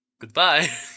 Goodbye